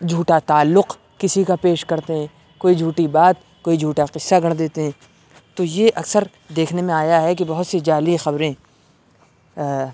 جھوٹا تعلق کسی کا پیش کرتے ہیں کوئی جھوٹی بات کوئی جھوٹا قصہ گڑھ دیتے ہیں تو یہ اکثر دیکھنے میں آیا ہے کہ بہت سے جعلی خبریں